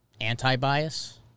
Anti-bias